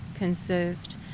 conserved